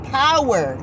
power